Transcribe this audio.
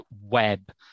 web